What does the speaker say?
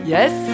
Yes